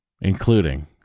including